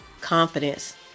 confidence